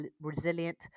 resilient